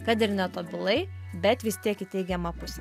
kad ir netobulai bet vis tiek į teigiamą pusę